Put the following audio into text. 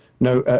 no,